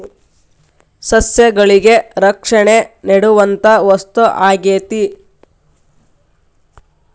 ಸಸ್ಯಗಳಿಗೆ ರಕ್ಷಣೆ ನೇಡುವಂತಾ ವಸ್ತು ಆಗೇತಿ